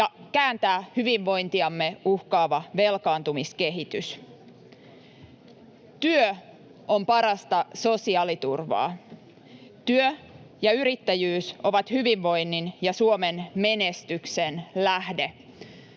ja kääntää hyvinvointiamme uhkaava velkaantumiskehitys. Työ on parasta sosiaaliturvaa. Työ ja yrittäjyys ovat hyvinvoinnin ja Suomen menestyksen lähde.